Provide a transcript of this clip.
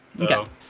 Okay